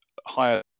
higher